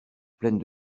pleine